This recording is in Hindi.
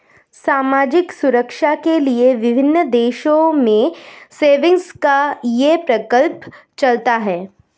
सामाजिक सुरक्षा के लिए विभिन्न देशों में सेविंग्स का यह प्रकल्प चलता है